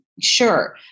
sure